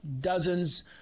dozens